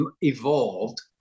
evolved